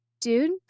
dude